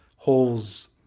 holes